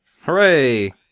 Hooray